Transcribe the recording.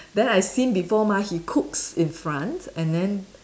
then I seen before mah he cooks in front and then